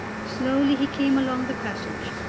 slowly he came along the passage,